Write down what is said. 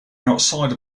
outside